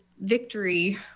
victory